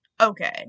Okay